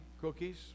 cookies